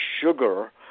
sugar